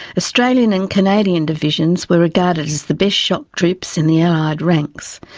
australian and canadian divisions were regarded as the best shock troops in the allied ranks.